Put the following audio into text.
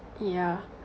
yeah